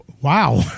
wow